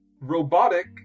robotic